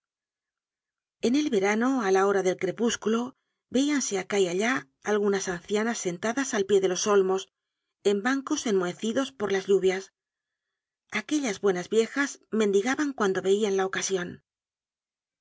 en el verano á la hora del crepúsculo veíanse acá y allá algunas ancianas sentadas al pie de los olmos en bancos enmohecidos por las lluvias aquellas buenas viejas mendigaban cuando veian la ocasion